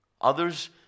Others